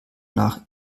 nach